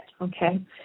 okay